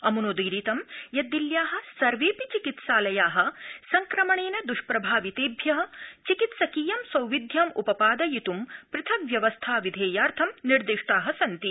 अम्नोदीरितं यत् दिल्ल्या सर्वेडपि चिकित्सालया संक्रमणेन द्वष्प्रभावितेभ्य चिकित्सकीयं सौविध्यं उपपादयित् पृथक् व्यवस्था विधेयार्थ निर्दिष्टा सन्ति